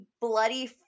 bloody